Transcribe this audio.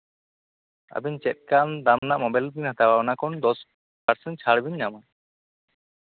ᱟᱵᱤᱱ ᱪᱮᱫ ᱞᱠᱟᱱ ᱫᱟᱢ ᱨᱮᱱᱟᱜ ᱢᱳᱵᱟᱭᱤᱞ ᱵᱮᱱ ᱦᱟᱛᱟᱣᱟ ᱚᱱᱟ ᱠᱷᱚᱱ ᱫᱚᱥ ᱯᱟᱨᱥᱮᱱᱴ ᱪᱷᱟᱲᱵᱮᱱ ᱧᱟᱢᱟ